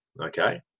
okay